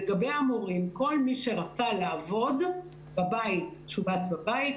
לגבי המורים, כל מי שרצה לעבוד בבית, שובץ בבית.